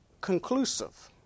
conclusive